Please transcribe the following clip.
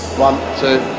one, two,